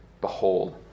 Behold